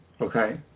okay